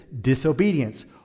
disobedience